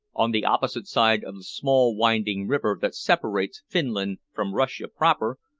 on the opposite side of the small winding river that separates finland from russia proper,